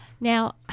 Now